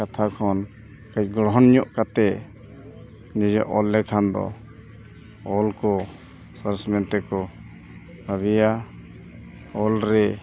ᱠᱟᱛᱷᱟ ᱠᱷᱚᱱ ᱜᱚᱲᱦᱚᱱ ᱧᱚᱜ ᱠᱟᱛᱮᱫ ᱡᱮ ᱚᱞ ᱞᱮᱠᱷᱟᱱ ᱫᱚ ᱚᱞ ᱠᱚ ᱥᱚᱦᱚᱡᱽ ᱢᱮᱱᱛᱮ ᱠᱚ ᱵᱷᱟᱹᱵᱤᱭᱟ ᱚᱞᱨᱮ